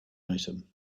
item